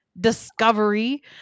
Discovery